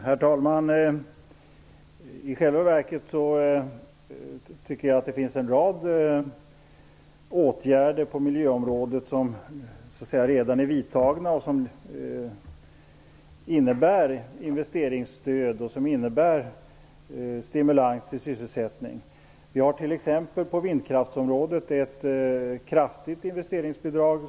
Herr talman! I själva verket tycker jag att en rad åtgärder redan har vidtagits på miljöområdet som innebär investeringsstöd och stimulans i sysselsättningen. Vi har t.ex. på vindkraftsområdet ett kraftigt investeringsbidrag.